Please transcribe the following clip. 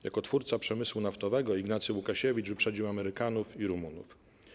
Jako twórca przemysłu naftowego Ignacy Łukasiewicz wyprzedził Amerykanów i Rumunów.